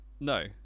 No